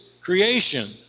creation